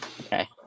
Okay